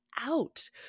out